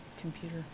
computer